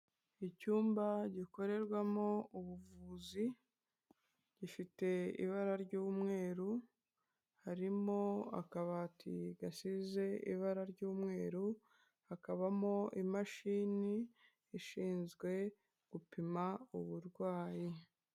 Icyumba gikorerwamo ubuvuzi gifite ibara ry'umweru, harimo akabati gasize ibara ry'umweru, hakabamo imashini ishinzwe gupima uburwayi.